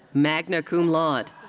magna cum laude.